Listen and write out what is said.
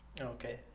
Okay